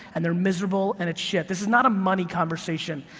and they're miserable and it's shit. this is not a money conversation,